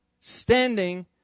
standing